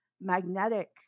magnetic